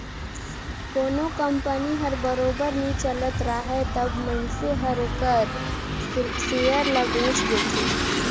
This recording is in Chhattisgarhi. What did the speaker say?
कोनो कंपनी हर बरोबर नी चलत राहय तब मइनसे हर ओखर सेयर ल बेंच देथे